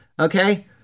Okay